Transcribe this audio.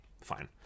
fine